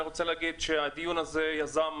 אני רוצה להגיד שאת הדיון הזה יזם,